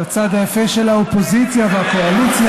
את הצד היפה של האופוזיציה והקואליציה.